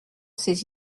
ses